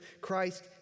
Christ